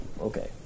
Okay